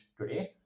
today